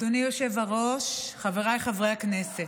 אדוני היושב-ראש, חבריי חברי הכנסת,